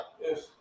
Yes